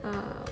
err